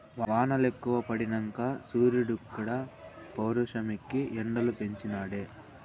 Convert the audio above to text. వానలెక్కువ పడినంక సూరీడుక్కూడా పౌరుషమెక్కి ఎండలు పెంచి నాడే